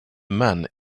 man